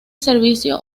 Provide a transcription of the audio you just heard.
servicio